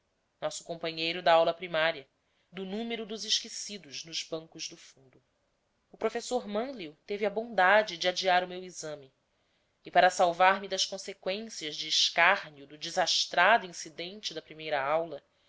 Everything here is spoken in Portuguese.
nosso companheiro da aula primária do número dos esquecidos nos bancos do fundo o professor mânlio teve a bondade de adiar o meu exame e para salvar-me das conseqüências do escárnio do desastrado incidente da primeira aula